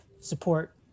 support